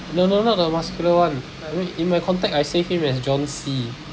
no no not the muscular one I mean in my contact I save him as john C